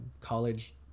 college